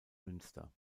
münster